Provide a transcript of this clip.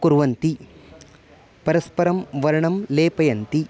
कुर्वन्ति परस्परं वर्णं लेपयन्ति